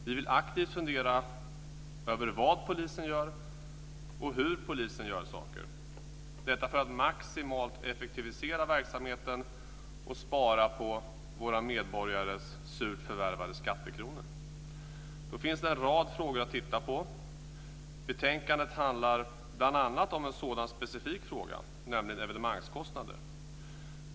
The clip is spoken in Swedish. Vi vill aktivt fundera över vad polisen gör och hur polisen gör saker, detta för att maximalt effektivisera verksamheten och spara på våra medborgares surt förvärvade skattekronor. Det finns då en rad frågor att titta på. Betänkandet handlar bl.a. om en sådan specifik fråga, nämligen evenemangskostnader.